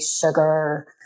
sugar